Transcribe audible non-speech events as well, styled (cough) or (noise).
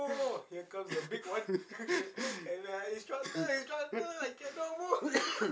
(laughs) (noise)